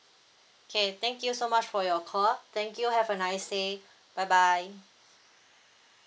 okay thank you so much for your call thank you have a nice day bye bye